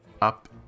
up